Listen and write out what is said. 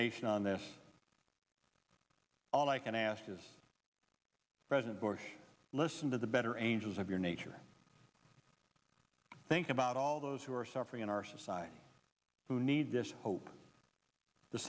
nation on this all i can ask is president bush listen to the better angels of your nature think about all those who are suffering in our society who need this hope the